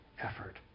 effort